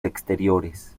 exteriores